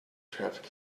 traffic